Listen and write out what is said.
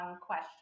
question